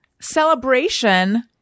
celebration